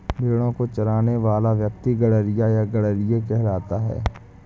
भेंड़ों को चराने वाला व्यक्ति गड़ेड़िया या गरेड़िया कहलाता है